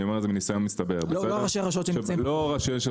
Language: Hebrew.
אני אומר את זה מניסיון מצטבר לא ראשי רשויות שיושבים פה,